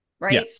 Right